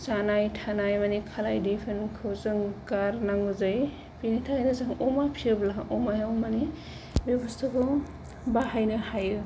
जानाय थानाय माने खालाय दैफोनखौ जों गारनांगौ जायो बेनि थाखायनो जों अमा फिसियोब्ला अमायाव माने बे बुस्तुखौ बाहायनो हायो